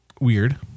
Weird